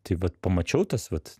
tai vat pamačiau tas vat